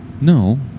No